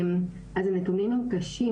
אז הנתונים הם קשים,